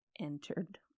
entered